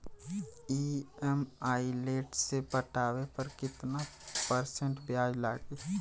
EMI late से पटावे पर कितना परसेंट ब्याज लगी?